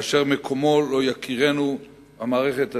אירוע אשר מקומו לא יכירנו במערכת הצבאית.